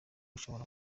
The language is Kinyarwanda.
ushobora